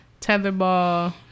tetherball